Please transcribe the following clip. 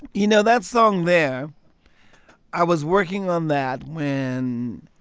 you know, that song, there i was working on that when